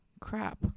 crap